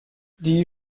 die